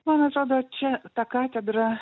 man atrodo čia ta katedra